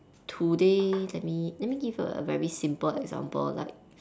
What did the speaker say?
today let me let me give a very simple example like